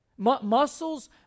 muscles